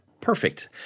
perfect